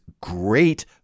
great